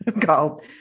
called